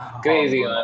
crazy